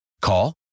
Call